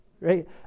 right